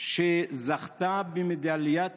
שזכתה במדליית